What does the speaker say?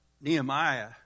Nehemiah